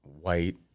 white